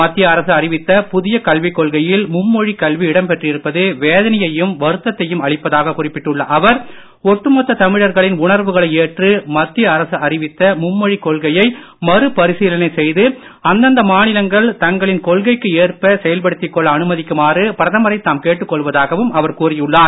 மத்திய அரசு அறிவித்த புதிய கல்விக் கொள்கையில் மும்மொழிக் கல்வி இடம் பெற்றிருப்பது வேதனையையும் வருத்தத்தையும் அளிப்பதாகக் குறிப்பிட்டுள்ள அவர் ஒட்டுமொத்த தமிழர்களின் உணர்வுகளை ஏற்று மத்திய அரசு அறிவித்த மும்மொழிக் கொள்கையை மறு பரிசீலனை செய்து அந்தந்த மாநிலங்கள் தங்களின் கொள்கைக்கு ஏற்ப செயல்படுத்திக் கொள்ள அனுமதிக்குமாறு பிரதமரை தாம் கேட்டுக் கொள்வதாகவும் அவர் கூறியுள்ளார்